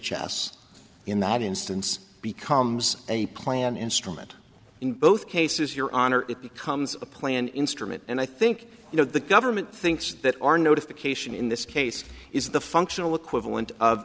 h s in that instance becomes a plan instrument in both cases your honor it becomes a planned instrument and i think you know the government thinks that our notification in this case is the functional equivalent of